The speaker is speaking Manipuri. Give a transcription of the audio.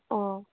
ꯑꯣ